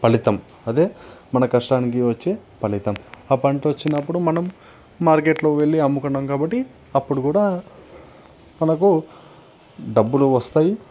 ఫలితం అదే మన కష్టానికి వచ్చే ఫలితం ఆ పంట వచ్చినప్పుడు మనం మార్కెట్లో వెళ్లి అమ్ముకున్నాం కాబట్టి అప్పుడు కూడా మనకు డబ్బులు వస్తాయి